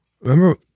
Remember